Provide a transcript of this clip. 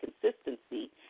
consistency